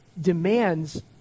demands